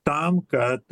tam kad